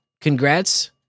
congrats